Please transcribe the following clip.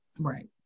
Right